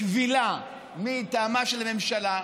קבילה מטעמה של הממשלה,